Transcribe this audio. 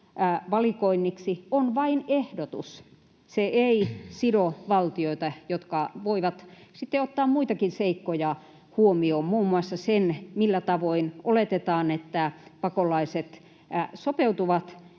valikoinniksi on vain ehdotus. Se ei sido valtioita, jotka voivat sitten ottaa muitakin seikkoja huomioon, muun muassa sen, millä tavoin oletetaan, että pakolaiset sopeutuvat